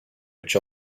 which